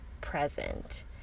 present